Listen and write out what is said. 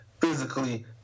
Physically